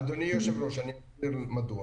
אדוני היושב ראש, אני אסביר מדוע.